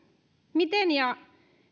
miten ja